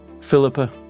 Philippa